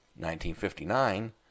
1959